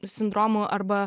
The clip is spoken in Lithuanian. sindromu arba